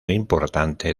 importante